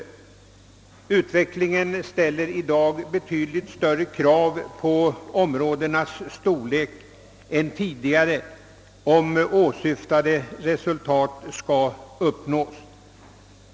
Utvecklinger ställer i dag betydligt större krav på områdenas storlek än tidigare för att bra resultat skall uppnås.